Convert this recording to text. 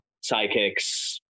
psychics